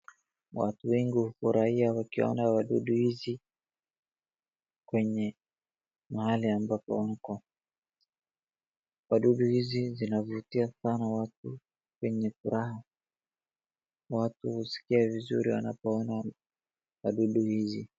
Watu wengi hufurahia waakiona wadudu hizi kwenye mahali ambapo mko. Wadudu hizi zinavutia sana watu kwenye furaha. watu huskia vizuri wanapoona wadudu hizi.